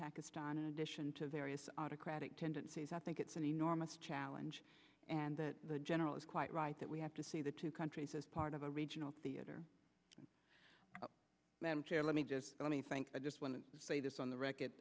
pakistan in addition to various autocratic tendencies i think it's an enormous challenge and that the general is quite right that we have to see the two countries as part of a regional theater madam chair let me just let me thank the just one and say this on the record